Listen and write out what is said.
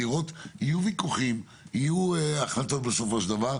יהיו ויכוחים, יהיו החלטות בסופו של דבר,